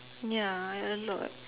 ya I a lot